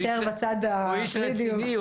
הוא איש רציני.